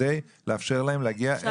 כדי לאפשר להם להגיע אל הנזקקים באמת.